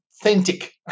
authentic